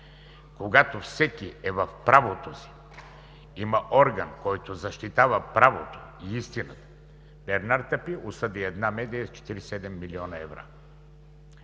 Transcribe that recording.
когато всеки е в правото си, има орган, който защитава правото. Наистина Бернар Тапи осъди една медия с 47 млн. евра,